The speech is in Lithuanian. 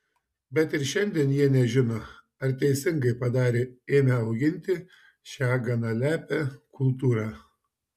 bet ir šiandien jie nežino ar teisingai padarė ėmę auginti šią gana lepią kultūrą